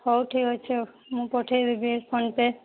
ହେଉ ଠିକ ଅଛି ମୁଁ ପଠାଇ ଦେବି ଫୋନ ପେ